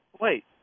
wait